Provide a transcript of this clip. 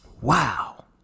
Wow